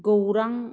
गौरां